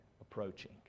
approaching